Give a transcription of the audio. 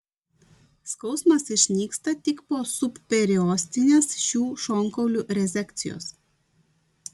skausmas išnyksta tik po subperiostinės šių šonkaulių rezekcijos